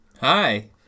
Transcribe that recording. Hi